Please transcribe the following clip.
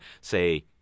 say